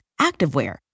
activewear